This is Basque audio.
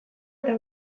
eta